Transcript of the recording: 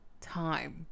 time